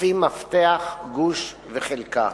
לפי מפתח גוש וחלקה.